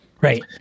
Right